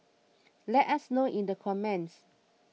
let us know in the comments